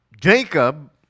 Jacob